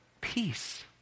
peace